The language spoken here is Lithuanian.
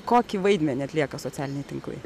kokį vaidmenį atlieka socialiniai tinklai